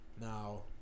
Now